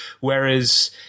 Whereas